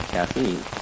caffeine